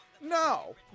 no